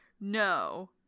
No